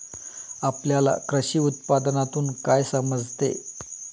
आपल्याला कृषी उत्पादनातून काय समजते?